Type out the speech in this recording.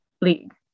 league